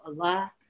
Allah